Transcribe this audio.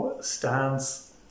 stands